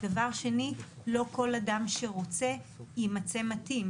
דבר שני, לא כל אדם שרוצה יימצא מתאים.